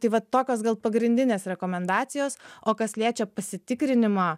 tai vat tokios gal pagrindinės rekomendacijos o kas liečia pasitikrinimą